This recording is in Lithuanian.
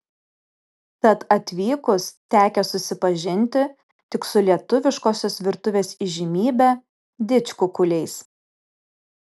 tad atvykus tekę susipažinti tik su lietuviškosios virtuvės įžymybe didžkukuliais